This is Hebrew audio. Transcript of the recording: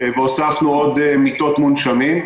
והוספנו עוד מיטות מונשמים.